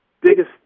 biggest